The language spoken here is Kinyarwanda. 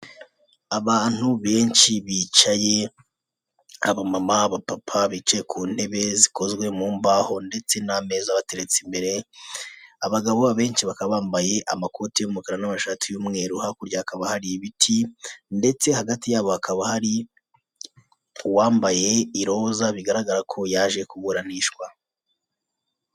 Abantu benshi bicaye, abamama, abapapa bicaye ku ntebe zikozwe mu mbaho ndetse n'ameza abateretse imbere, abagabo abenshi bakaba bambaye amakoti y'umukara n'amashati y'umweru, hakurya hakaba hari ibiti ndetse hagati yabo hakaba hari uwambaye iroza bigaragara ko yaje kuburanishwa.